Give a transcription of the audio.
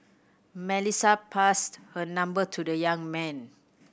Melissa passed her number to the young man